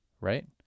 right